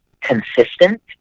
consistent